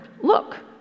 Look